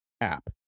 app